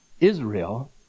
Israel